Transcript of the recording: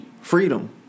Freedom